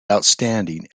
outstanding